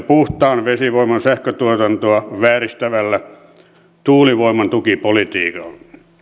puhtaan vesivoiman sähköntuotantoa vääristävällä tuulivoiman tukipolitiikalla